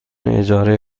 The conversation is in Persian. اجاره